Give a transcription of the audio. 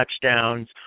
touchdowns